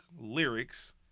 lyrics